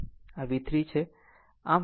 આમ આ V3 છે આ V3 છે